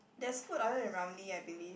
there's food other than Ramly I believe